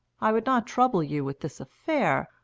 i would not trouble you with this affair,